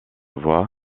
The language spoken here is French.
voit